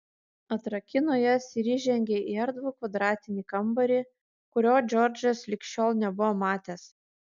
atrakino jas ir įžengė į erdvų kvadratinį kambarį kurio džordžas lig šiol nebuvo matęs